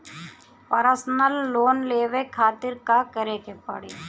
Personal loan लेवे खातिर का करे के पड़ी?